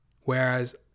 Whereas